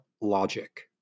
logic